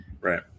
right